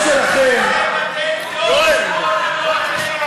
החוק למניעת התעמרות בעבודה לקריאה טרומית בכנסת.